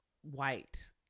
white